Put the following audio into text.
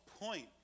point